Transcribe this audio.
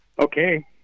Okay